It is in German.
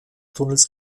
tunnels